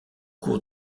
cours